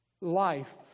life